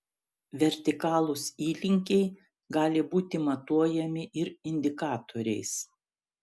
vertikalūs įlinkiai gali būti matuojami ir indikatoriais